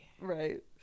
Right